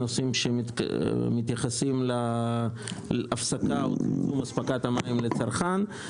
נושאים שמתייחסים להפסקה או צמצום אספקת המים לצרכן.